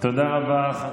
תודה רבה.